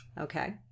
Okay